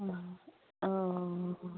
অঁ অঁ